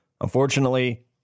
unfortunately